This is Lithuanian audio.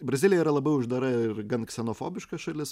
brazilija yra labai uždara ir gan ksenofobiška šalis